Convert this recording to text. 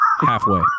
Halfway